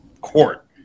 court